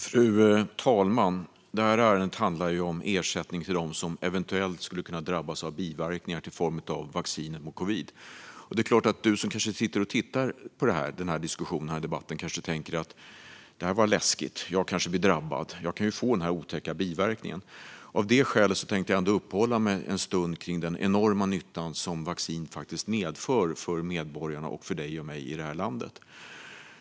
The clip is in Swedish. Fru talman! Det här ärendet handlar om ersättning till dem som eventuellt skulle kunna drabbas av biverkningar till följd av vaccinet mot covid-19. Du som sitter och tittar på den här debatten kanske tänker att det här är läskigt och att du kanske blir drabbad - du kan ju få de här otäcka biverkningarna. Av det skälet tänkte jag uppehålla mig en stund vid den enorma nytta som vaccin faktiskt medför för medborgarna och för dig och mig i det här landet.